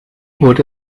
wurde